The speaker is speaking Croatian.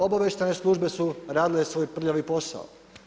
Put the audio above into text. Obavještajne službe su radile svoj prljavi posao.